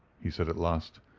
he said at last.